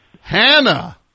Hannah